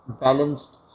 balanced